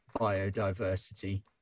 biodiversity